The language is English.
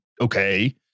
Okay